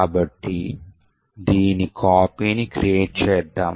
కాబట్టి దీని కాపీని క్రియేట్ చేద్దాం